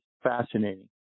fascinating